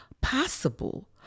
possible